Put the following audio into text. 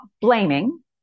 blaming